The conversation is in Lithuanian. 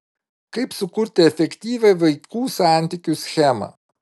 kaip sukurti efektyvią vaikų santykių schemą